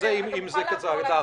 אם זה כצעקתה.